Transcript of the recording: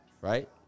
right